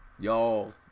Y'all